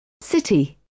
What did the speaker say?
City